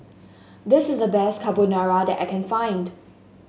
this is the best Carbonara that I can find